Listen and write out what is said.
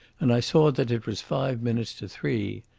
and i saw that it was five minutes to three.